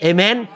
Amen